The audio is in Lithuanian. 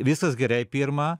viskas gerai pirma